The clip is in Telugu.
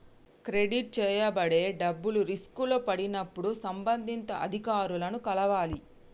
క్రెడిట్ చేయబడే డబ్బులు రిస్కులో పడినప్పుడు సంబంధిత అధికారులను కలవాలి